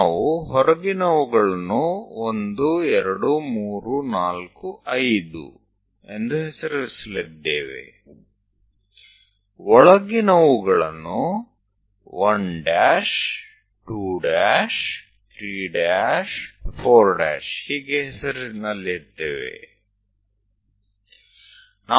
બહારના વર્તુળને આપણે 12345 એ રીતે નામ આપીશું અંદરના વર્તુળને આપણે 1234 અને એ રીતે નામ આપીશું